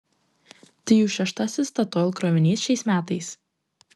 tai jau šeštasis statoil krovinys šiais metais